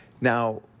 Now